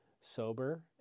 sober